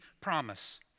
promise